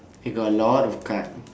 I got a lot of card